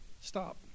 stop